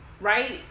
right